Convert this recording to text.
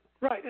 right